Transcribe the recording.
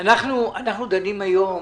אנחנו דנים היום